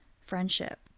friendship